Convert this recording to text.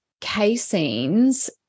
caseins